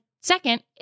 second